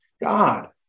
God